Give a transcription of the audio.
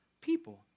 people